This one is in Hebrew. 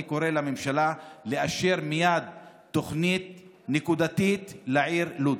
אני קורא לממשלה לאשר מייד תוכנית נקודתית לעיר לוד.